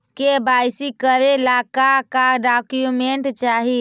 KYC करे ला का का डॉक्यूमेंट चाही?